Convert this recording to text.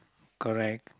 correct